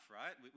right